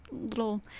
little